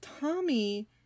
Tommy